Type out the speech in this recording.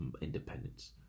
independence